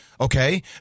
okay